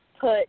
put